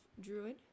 Druid